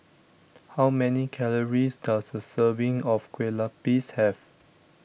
how many calories does a serving of Kueh Lapis have